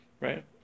right